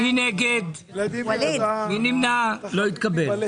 אני אמשיך את דבריו החכמים של ידידי בליאק.